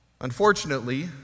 Unfortunately